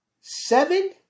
seven